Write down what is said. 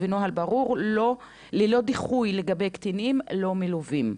ונוהל ברור ללא דיחוי לגבי קטינים לא מלווים.